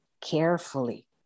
carefully